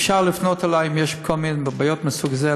אפשר לפנות אלי אם יש כל מיני בעיות מסוג זה,